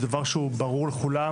זה דבר שהוא ברור לכולם.